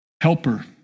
Helper